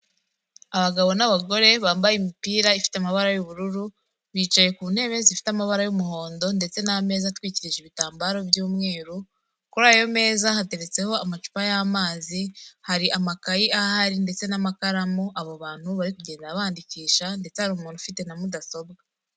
Abagabo n'abagore bambaye imipira ifite amabara y'ubururu, bicaye ku ntebe zifite amabara y'umuhondo ndetse n'ameza atwikirisha ibitambaro by'umweru, kuri ayo meza hateretseho amacupa y'amazi, hari amakayi ahari ndetse n'amakaramu abo bantu bagenda bandikisha ndetse hari umuntu ufite na mudasobwa.